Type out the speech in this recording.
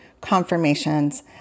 confirmations